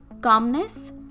calmness